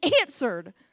answered